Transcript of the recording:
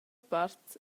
part